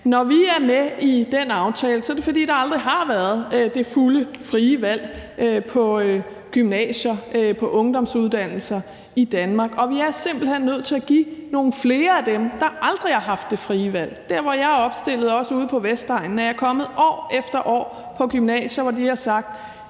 Når vi er med i den aftale, er det, fordi der aldrig har været det fulde frie valg på gymnasier og ungdomsuddannelser i Danmark, og vi er simpelt hen nødt til at give nogle flere af dem, der aldrig har haft det frie valg, et frit valg. Der, hvor jeg er opstillet, og også ude på Vestegnen er jeg kommet år efter år på gymnasier, hvor de har sagt: